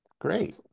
Great